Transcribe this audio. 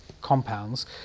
compounds